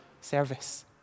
service